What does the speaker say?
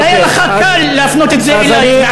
אבל היה לך קל להפנות את זה אלי.